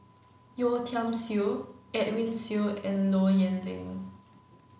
Yeo Tiam Siew Edwin Siew and Low Yen Ling